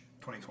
2020